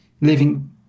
living